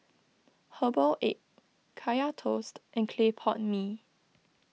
Herbal Egg Kaya Toast and Clay Pot Mee